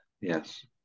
Yes